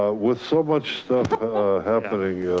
ah with so much stuff happening.